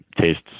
tastes